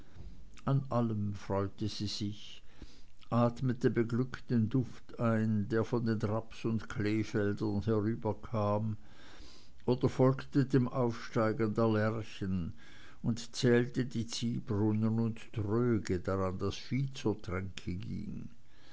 an allem freute sie sich atmete beglückt den duft ein der von den raps und kleefeldern herüberkam oder folgte dem aufsteigen der lerchen und zählte die ziehbrunnen und tröge daran das vieh zur tränke ging